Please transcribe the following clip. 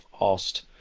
asked